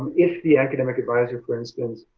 if the academic advisor, for instance,